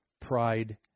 pride